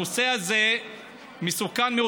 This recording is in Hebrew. הנושא הזה מסוכן מאוד,